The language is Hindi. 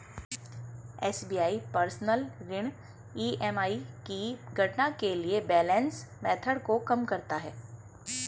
एस.बी.आई पर्सनल ऋण ई.एम.आई की गणना के लिए बैलेंस मेथड को कम करता है